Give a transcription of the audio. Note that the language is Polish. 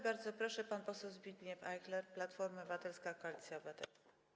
Bardzo proszę, pan poseł Zbigniew Ajchler, Platforma Obywatelska - Koalicja Obywatelska.